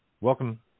Welcome